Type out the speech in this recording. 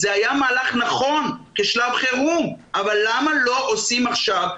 זה היה מהלך נכון כשלב חירום אבל למה לא קובעים עכשיו,